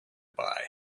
buy